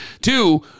Two